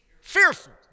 fearful